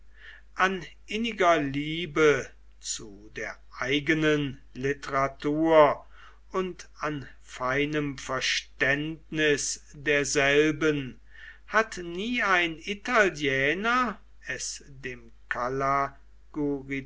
an inniger liebe zu der eigenen literatur und an feinem verständnis derselben hat nie ein italiener es dem